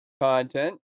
content